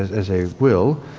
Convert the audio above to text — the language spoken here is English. as as they will,